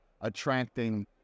attracting